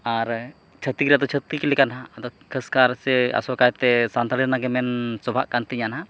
ᱟᱨ ᱪᱷᱟᱹᱛᱤᱠ ᱨᱮᱭᱟᱜ ᱫᱚ ᱪᱷᱟᱹᱛᱤᱠ ᱞᱮᱠᱟᱱᱟᱜ ᱟᱫᱚ ᱠᱷᱟᱥᱠᱟᱨ ᱥᱮ ᱟᱥᱚᱠᱟᱭᱛᱮ ᱥᱟᱱᱛᱟᱲᱤ ᱨᱮᱱᱟᱜ ᱜᱮ ᱢᱮᱱ ᱥᱚᱵᱷᱟᱜ ᱠᱟᱱ ᱛᱤᱧᱟᱹ ᱱᱟᱦᱟᱜ